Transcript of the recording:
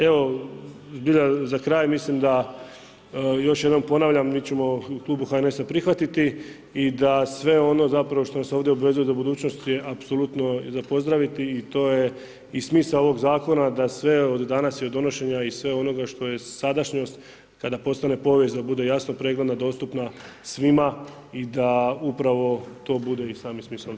Evo zbilja za kraj, mislim da, još jednom ponavljam mi ćemo u Klubu HNS-a prihvatiti i da sve ono zapravo što nas ovdje obvezuje za budućnost je apsolutno i za pozdraviti i to je i smisao ovoga zakona da sve od danas i od donošenja i svega onoga što je sadašnjost kada postane povijest da bude jasno pregledna, dostupna svima i da upravo to bude i sami smisao zakona.